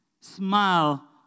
Smile